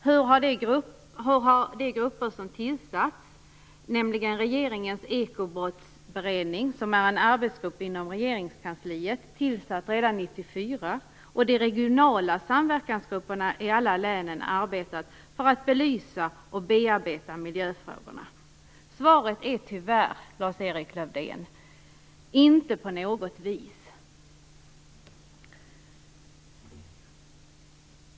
Hur har de grupper som tillsatts, nämligen regeringens ekobrottsberedning - en arbetsgrupp inom Regeringskansliet tillsatt redan 1994 - och de regionala samverkansgrupperna i alla länen, arbetat för att belysa och bearbeta miljöfrågorna? Svaret är tyvärr, Lars-Erik Lövdén: inte på något vis!